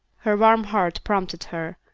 her warm heart prompted her,